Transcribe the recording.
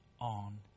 on